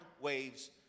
waves